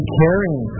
caring